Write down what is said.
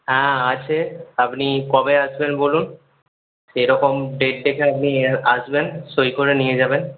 হ্যাঁ আছে আপনি কবে আসবেন বলুন সে রকম ডেট দেখে আপনি আসবেন সই করে নিয়ে যাবেন